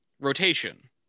rotation